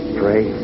pray